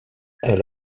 elle